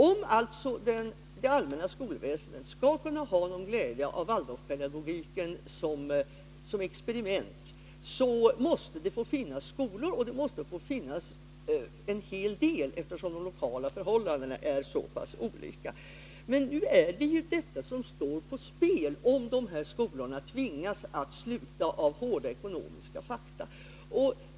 Om alltså det allmänna skolväsendet skall kunna ha glädje av Waldorfpedagogiken som experiment, så måste det få finnas skolor som tillämpar den pedagogiken — det måste finnas en hel del sådana, eftersom de lokala förhållandena är så pass olika. Men detta står nu på spel, om dessa skolor tvingas att sluta på grund av kalla ekonomiska fakta.